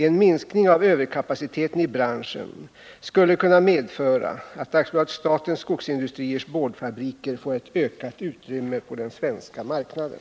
En minskning av överkapaciteten i branschen skulle kunna medföra att AB Statens Skogsindustriers boardfabriker får ett ökat utrymme på den svenska marknaden.